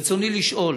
רצוני לשאול: